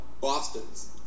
Boston's